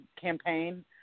campaign